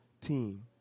team